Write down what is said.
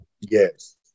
Yes